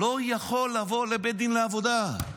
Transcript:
לא יכול לבוא לבית הדין לעבודה.